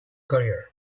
career